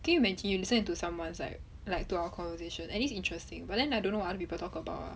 can you imagine you listen into someone's like like to our conversation at least interesting but then I don't know what other people talk about ah